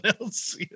else